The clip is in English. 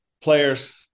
players